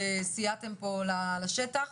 וסייעתם לשטח.